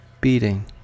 beating